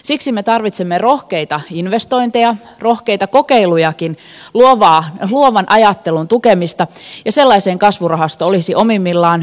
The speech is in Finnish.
siksi me tarvitsemme rohkeita investointeja rohkeita kokeilujakin luovan ajattelun tukemista ja sellaiseen kasvurahasto olisi omimmillaan